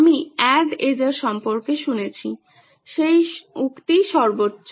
আমি অ্যাড এজের সম্পর্কে শুনেছি সেই উক্তিই সর্বোচ্চ